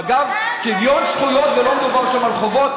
ואגב שוויון זכויות, ולא מדובר שם על חובות.